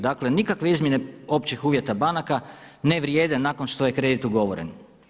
Dakle, nikakve izmjene općih uvjeta banaka ne vrijede nakon što je kredit ugovoren.